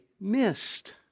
missed